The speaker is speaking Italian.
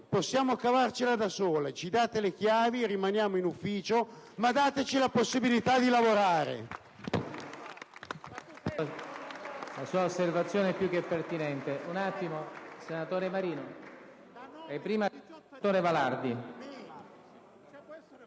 possiamo cavarcela da soli; ci date le chiavi e rimaniamo in ufficio, ma dateci la possibilità di lavorare.